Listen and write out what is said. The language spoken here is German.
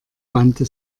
wandte